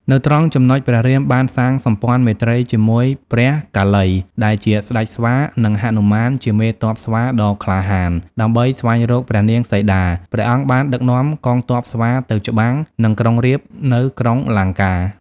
នៅត្រង់ចំណុចព្រះរាមបានសាងសម្ព័ន្ធមេត្រីជាមួយព្រះកាលីដែរជា ស្ដេចស្វា និងហនុមានជាមេទ័ពស្វាដ៏ក្លាហាន ដើម្បីស្វែងរកព្រះនាងសីតា ព្រះអង្គបានដឹកនាំកងទ័ពស្វាទៅច្បាំងនឹងក្រុងរាពណ៍នៅក្រុងលង្កា ។